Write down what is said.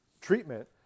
treatment